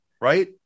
right